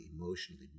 emotionally